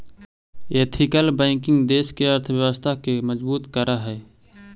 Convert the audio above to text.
ethical banking देश के अर्थव्यवस्था के मजबूत करऽ हइ